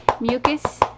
mucus